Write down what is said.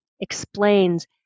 explains